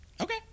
Okay